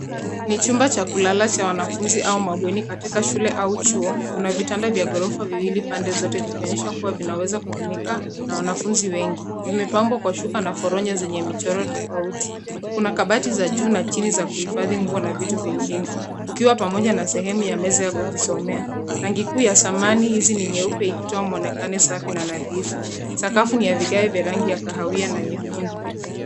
Ni chumba cha kulala cha wanafunzi au mabweni katika shule au chuo. Kuna vitanda vya ghorofa viwili pande zote vikionyesha kuwa vinaweza kutumika na wanafunzi wengi. Vimepambwa kwa shuka na foronya zenye michoro tofauti. Kuna kabati za juu na chini za kuhifadhi nguo na vitu vingine. Ukiwa pamoja na sehemu ya meza ya kujisomea. Rangi kuu ya samani hizi ni nyeupe ikitoa muonekano safi na nadhifu. Sakafu ni ya vigae vya rangi ya kahawia na nyekundu.